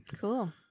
Cool